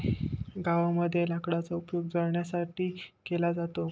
गावामध्ये लाकडाचा उपयोग जळणासाठी केला जातो